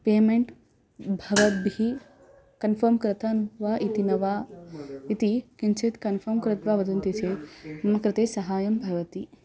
payment भवद्भिः confirm कृतं वा इति न वा इति किञ्चित् कन्फ़र्म् कृत्वा वदन्ति चेत् मम कृते सहायं भवति